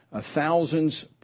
thousands